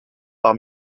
par